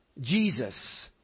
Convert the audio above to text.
Jesus